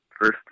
first